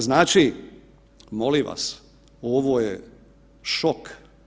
Znači, molim vas, ovo je šok.